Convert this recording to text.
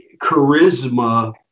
charisma